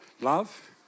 love